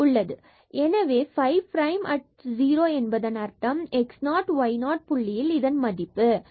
எனவே phi prime at 0 என்பதன் அர்த்தம் x 0 and y 0 புள்ளியில் இதன் மதிப்பு ஆகும்